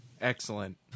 Excellent